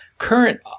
Current